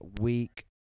week